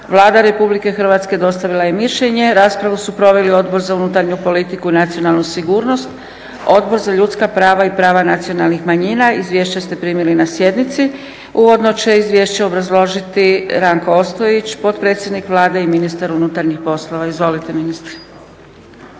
Vlada Republike Hrvatske dostavila je mišljenje. Raspravu su proveli Odbor za unutarnju politiku i nacionalnu sigurnost, Odbor za ljudska prava i prava nacionalnih manjina. Izvješća ste primili na sjednici. Uvodno će izvješće obrazložiti Ranko Ostojić, potpredsjednik Vlade i ministar unutarnjih poslova. Izvolite ministre.